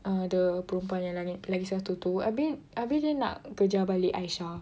ah the perempuan yang lagi yang lagi satu tu abeh abeh dia nak kejar balik Aisyah